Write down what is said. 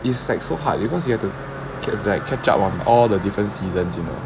is like so hard because you have to ge~ like catch up on all the different seasons you know